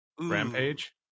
rampage